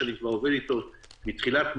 שאני כבר עובד איתו מתחילת מרץ,